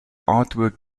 artwork